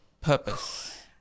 purpose